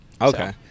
Okay